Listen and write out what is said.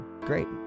great